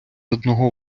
одного